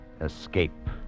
escape